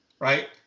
right